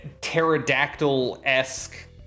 pterodactyl-esque